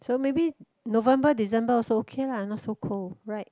so maybe November December also okay lah not so cold right